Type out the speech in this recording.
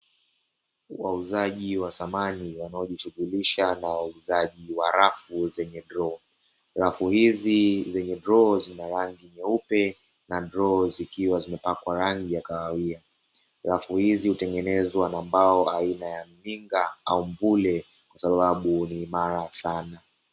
Wauzaji wa samani wanaojishughulisha na uuzaji wa rafu zenye droo. Rafu hizi zenye droo zina rangi nyeupe na droo zikiwa zimepakwa rangi ya kahawia. Rafu hizi hutengenezwa kwa kwa mbao aina ya mninga au mvule kwa sababu ni imara sana.